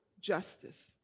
justice